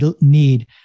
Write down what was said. need